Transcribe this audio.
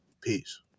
Peace